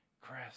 Chris